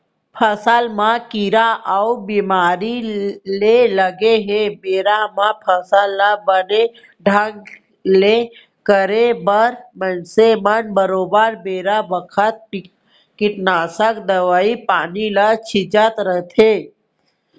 फसल म कीरा अउ बेमारी के लगे ले बेरा म फसल ल बने ढंग ले करे बर मनसे मन बरोबर बेरा बखत कीटनासक दवई पानी ल छींचत रथें